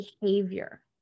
behavior